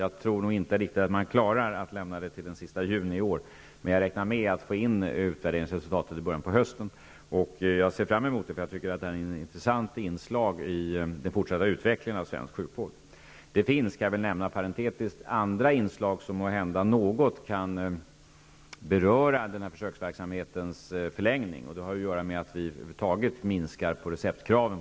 Jag tror inte att utvärderingen kan vara klar att överlämnas redan den 30 juni i år, men jag räknar med att vi skall få resultatet av utvärderingen i början på hösten. Jag ser fram mot denna utvärdering, eftersom jag tycker att detta är ett intressant inslag i den fortsatta utvecklingen av svensk sjukvård. Jag kan parentetiskt nämna att det finns andra inslag som måhända kan beröra förlängningen av den här försöksverksamheten. Det har att göra med att vi över huvud taget har minskat på receptkraven.